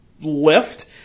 lift